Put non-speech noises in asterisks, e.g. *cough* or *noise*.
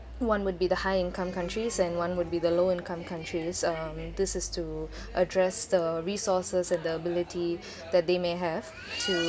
one would be the high-income countries and one would be the low-income countries um this is to *breath* address the resources and the ability *breath* that they may have to